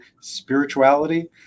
spirituality